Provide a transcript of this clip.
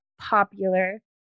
popular